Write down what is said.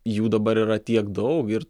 jų dabar yra tiek daug ir